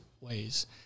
ways